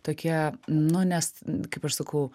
tokia nu nes kaip aš sakau